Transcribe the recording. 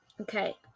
Okay